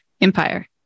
empire